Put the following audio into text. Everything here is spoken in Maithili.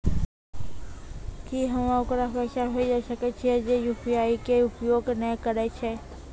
की हम्मय ओकरा पैसा भेजै सकय छियै जे यु.पी.आई के उपयोग नए करे छै?